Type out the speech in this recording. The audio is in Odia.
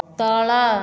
ତଳ